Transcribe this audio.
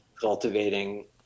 cultivating